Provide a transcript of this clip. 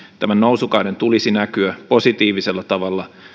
tämän nousukauden tulisi näkyä positiivisella tavalla